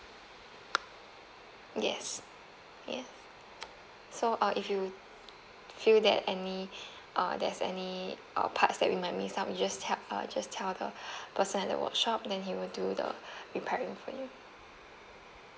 yes yes so uh if you feel that any err there's any uh parts that we might miss up you just tell err just tell the person at the workshop then he will do the repairing for you